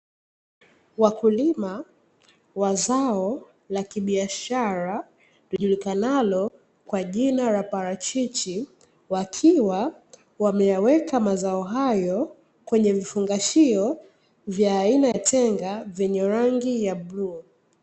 Wakulima wa zao la kibiashara lijulikanalo kwa jina la parachichi, wakiwa wameyaweka mazao hayo kwenye vifungashio vya aina ya tenga vyenye rangi ya bluu.